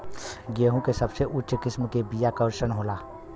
गेहूँ के सबसे उच्च किस्म के बीया कैसन होला?